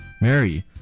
Mary